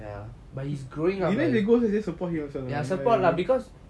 even if he goes support him also lah